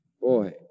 Boy